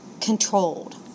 controlled